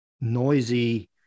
noisy